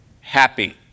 happy